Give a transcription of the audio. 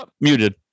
muted